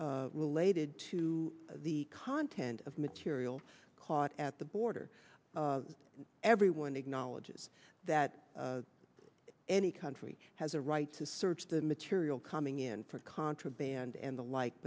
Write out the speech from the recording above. related to the content of material caught at the border everyone acknowledges that any country has a right to search the material coming in for contraband and the like